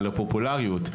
על הפופולריות.